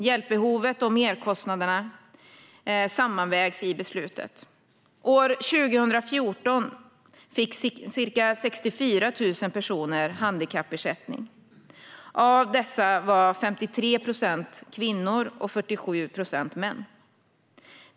Hjälpbehovet och merkostnaderna sammanvägs i beslutet. År 2014 fick ca 64 000 personer handikappersättning. Av dessa var 53 procent kvinnor och 47 procent män.